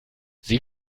sie